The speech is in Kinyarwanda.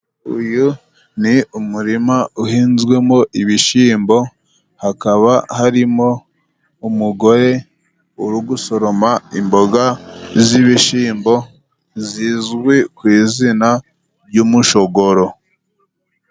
Uyu ni umurima uhinzwemo ibishimbo hakaba harimo umugore uru gusoroma imboga z'ibishimbo zizwi kw'izina ry'umushogoro.